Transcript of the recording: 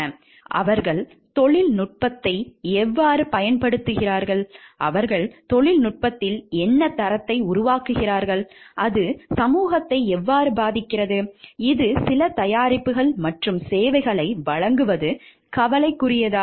அவர்கள் தொழில்நுட்பத்தை எவ்வாறு பயன்படுத்துகிறார்கள் அவர்கள் தொழில்நுட்பத்தில் என்ன தரத்தை உருவாக்குகிறார்கள் அது சமூகத்தை எவ்வாறு பாதிக்கிறது இது சில தயாரிப்புகள் மற்றும் சேவைகளை வழங்குவது கவலைக்குரியதா